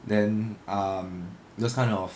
then um those kind of